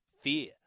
fear